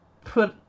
put